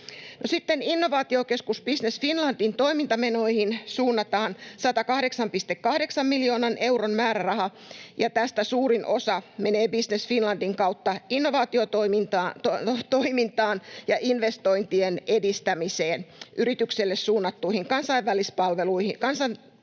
sitten innovaatiokeskus Business Finlandin toimintamenoihin suunnataan 108,8 miljoonan euron määräraha, ja tästä suurin osa menee Business Finlandin kautta innovaatiotoimintaan ja investointien edistämiseen, yrityksille suunnattuihin kansainvälistymispalveluihin